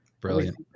Brilliant